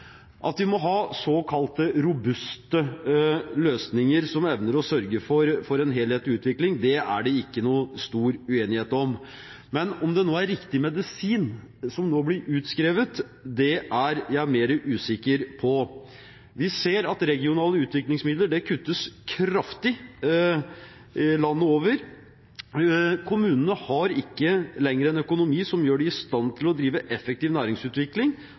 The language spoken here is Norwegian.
At vi må ha såkalte robuste løsninger som evner å sørge for en helhetlig utvikling, er det ikke noen stor uenighet om, men om det er riktig medisin som nå blir forskrevet, er jeg mer usikker på. Vi ser at det kuttes kraftig i regionale utviklingsmidler landet over. Kommunene har ikke lenger økonomi som gjør dem i stand til å drive en effektiv næringsutvikling